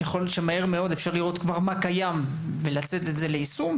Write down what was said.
יכול להיות שמהר מאוד אפשר לראות כבר מה קיים ולצאת עם זה ליישום,